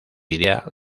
idea